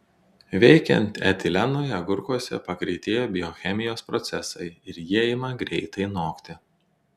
veikiant etilenui agurkuose pagreitėja biochemijos procesai ir jie ima greitai nokti